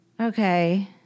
Okay